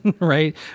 Right